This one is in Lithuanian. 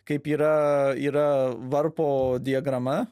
kaip yra yra varpo diagrama